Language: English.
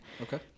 Okay